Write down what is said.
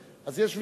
אז יש ויכוח: